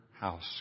house